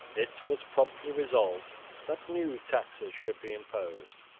it was promptly resolved that new taxes should be imposed.